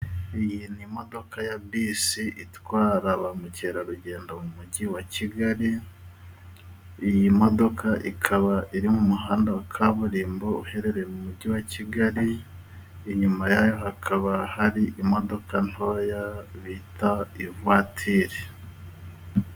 Iyi ni imodoka ya bisi itwara ba mukerarugendo mu mujyi wa kigali. Iyi modoka ikaba iri mu muhanda wa kaburimbo uherereye mu mujyi wa kigali, inyuma yayo hakaba hari imodoka ntoya bita ivatiri.